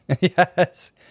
Yes